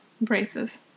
braces